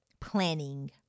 planning